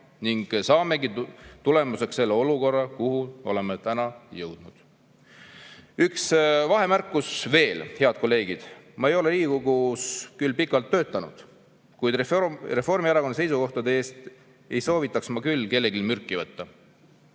ning saamegi tulemuseks selle olukorra, kuhu oleme täna jõudnud. Üks vahemärkus veel, head kolleegid. Ma ei ole Riigikogus küll pikalt töötanud, kuid Reformierakonna seisukohtade eest ei soovitaks ma küll kellelgi mürki võtta.